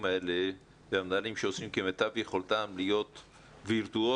האלה והמנהלים עושים כמיטב יכולתם להיות וירטואוזים,